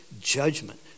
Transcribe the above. judgment